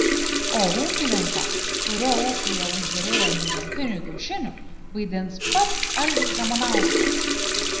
o ūkininką kurio ūkyje užderėjo deimantinių kiaušinių vaidins pats algis ramanauskas